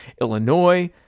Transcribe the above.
Illinois